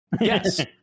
yes